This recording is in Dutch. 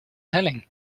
helling